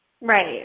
right